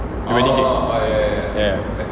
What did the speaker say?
wedding cake